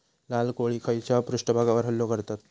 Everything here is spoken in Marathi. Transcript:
लाल कोळी खैच्या पृष्ठभागावर हल्लो करतत?